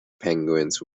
penguins